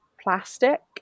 plastic